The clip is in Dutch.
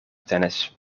tennis